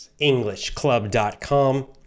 EnglishClub.com